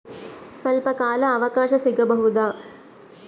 ಸ್ವಲ್ಪ ಕಾಲ ಅವಕಾಶ ಸಿಗಬಹುದಾ?